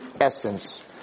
essence